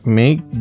make